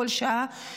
כל שעה.